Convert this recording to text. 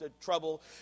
trouble